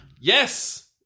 Yes